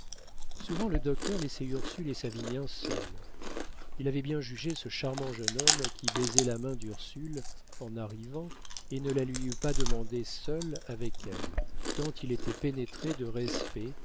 souvent le docteur laissait ursule et savinien seuls il avait bien jugé ce charmant jeune homme qui baisait la main d'ursule en arrivant et ne la lui eût pas demandée seul avec elle tant il était pénétré de respect